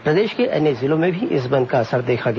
प्रदेश के अन्य जिलों में भी इस बेंद का असर देखा गया